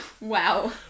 Wow